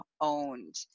owned